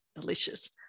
Delicious